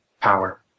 power